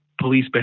police